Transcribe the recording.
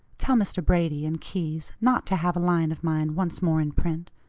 tell mr. brady and keyes not to have a line of mine once more in print.